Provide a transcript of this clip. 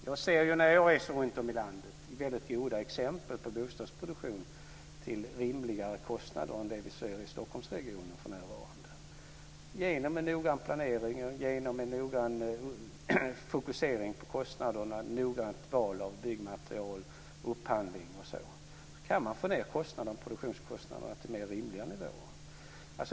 Jag ser när jag reser runtom i landet väldigt goda exempel på bostadsproduktion till rimligare kostnader än vad vi ser i Stockholmsregionen för närvarande. Genom en noggrann planering, en noggrann fokusering på kostnaderna och noggrant val av byggmaterial och upphandling kan man få ned produktionskostnaderna till mer rimliga nivåer.